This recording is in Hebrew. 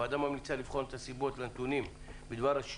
הוועדה ממליצה לבחון את הסיבות לשיעור הנמוך